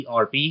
ERP